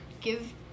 give-